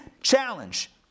challenge